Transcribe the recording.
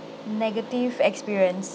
negative experience